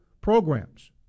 programs